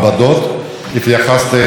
ופה צריך לעשות חיבור.